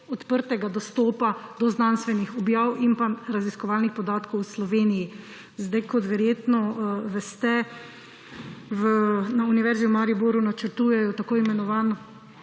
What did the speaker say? odprtega dostopa do znanstvenih objav in raziskovalnih podatkov v Sloveniji. Kot verjetno veste, na Univerzi v Mariboru načrtujejo tako imenovani